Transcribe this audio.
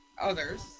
others